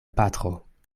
patro